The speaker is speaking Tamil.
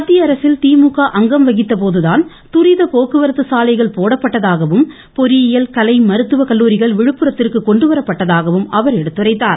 மத்திய அரசில் திமுக அங்கம் வகித்த போதுதான் துரித போக்குவரத்து சாலைகள் போடப்பட்டதாகவும் பொறியியல் கலை மருத்துவ கல்லூரிகள் விழுப்புரத்திற்கு கொண்டு வரப்பட்டதாகவும் அவர் எடுத்துரைத்தார்